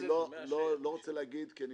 אני לא רוצה להגיד כי אני